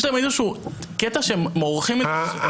יש להם איזשהו קטע שהם מורחים את התשובה.